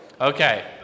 Okay